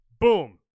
Boom